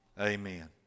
amen